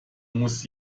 muss